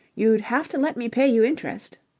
you'd have to let me pay you interest.